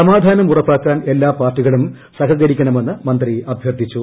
സമാധാനം ഉറപ്പാക്കാൻ എല്ലാ പാർട്ടികളും സഹകരിക്കണമെന്ന് മന്ത്രി അഭ്യർത്ഥിച്ചു